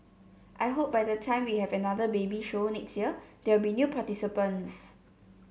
I hope by the time we have another baby show next year there will be new participants